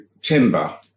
timber